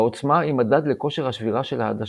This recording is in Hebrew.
העוצמה היא מדד לכושר השבירה של העדשה.